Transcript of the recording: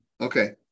Okay